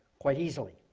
quite easily.